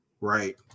right